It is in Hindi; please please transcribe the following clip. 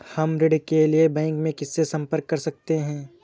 हम ऋण के लिए बैंक में किससे संपर्क कर सकते हैं?